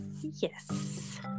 yes